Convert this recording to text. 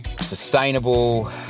sustainable